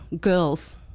Girls